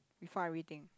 before everything